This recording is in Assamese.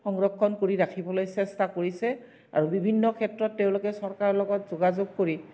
সংৰক্ষণ কৰিব ৰাখিবলৈ চেষ্টা কৰিছে আৰু বিভিন্ন ক্ষেত্ৰত তেওঁলোকে চৰকাৰৰ লগত যোগাযোগ কৰি